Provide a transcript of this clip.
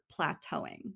plateauing